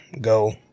go